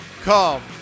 Come